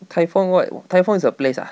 台风 what 台风 is a place ah